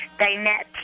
dinette